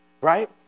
right